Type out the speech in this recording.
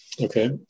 Okay